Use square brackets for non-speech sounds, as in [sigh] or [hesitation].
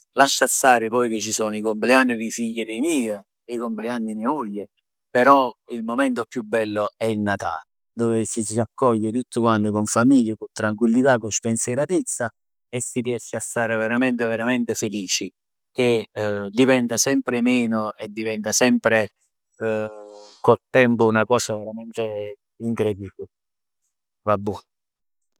Lascia stare poi che ci sono i compleanni dè figl dei meje, di mia moglie, però il momento più bello è il Natale, dove ci si raccoglie tutt quant in famiglia cu tranquillità, cu spensieratezza e si riesce a stare veramente veramente felici. Che [hesitation] diventa sempre meno e diventa sempre [hesitation] con il tempo una cosa veramente incredibile, vabbuò?